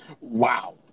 Wow